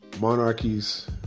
Monarchies